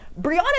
Brianna